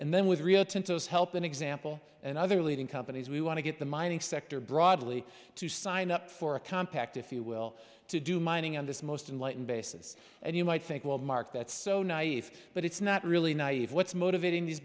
and then with rio tinto help an example and other leading companies we want to get the mining sector broadly to sign up for a compact if you will to do mining on this most enlightened basis and you might think well mark that's so naive but it's not really nave what's motivating these